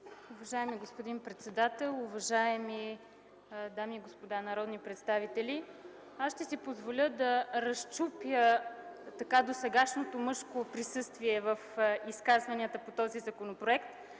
Уважаеми господин председател, уважаеми дами и господа народни представители! Ще си позволя да разчупя досегашното мъжко присъствие в изказванията по този законопроект,